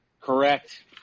Correct